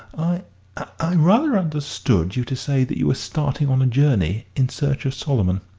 i i rather understood you to say that you were starting on a journey in search of solomon?